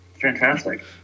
Fantastic